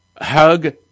hug